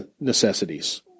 necessities